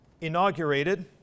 inaugurated